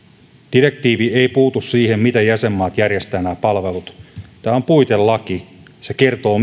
direktiivi ei puutu siihen miten jäsenmaat järjestävät nämä palvelut tämä on puitelaki se kertoo